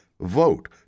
vote